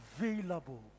available